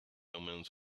omens